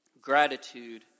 gratitude